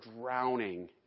drowning